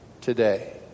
today